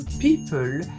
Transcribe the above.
people